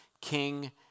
king